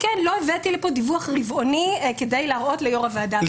לא הבאתי לפה דיווח רבעוני כדי להראות ליו"ר הוועדה.